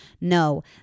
No